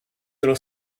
dello